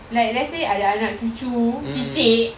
let's say ada anak cucu cicit